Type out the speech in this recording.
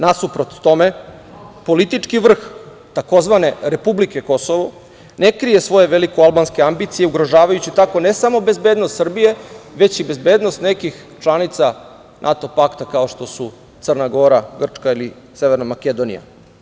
Nasuprot tome, politički vrh tzv. "Republike Kosovo" ne krije svoje veliko-albanske ambicije, ugrožavajući tako ne samo bezbednost Srbije, već i bezbednost nekih članica NATO pakta, kao što su Crna Gora, Grčka ili Severna Makedonija.